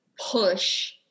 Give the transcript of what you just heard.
push